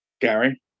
Gary